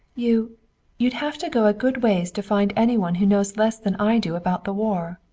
you you'd have to go a good ways to find any one who knows less than i do about the war.